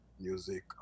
music